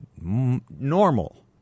normal